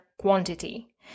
quantity